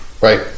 Right